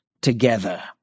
together